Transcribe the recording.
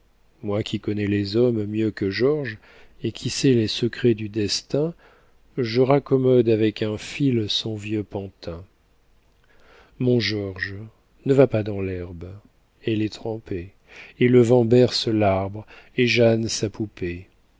moi qui connais les hommes mieux que georges et qui sait les secrets du destin je raccommode avec un fil son vieux pantin mon georges ne va pas dans l'herbe elle est trempée et le vent berce l'arbre et jeanne sa poupée